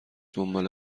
دنبال